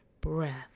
breath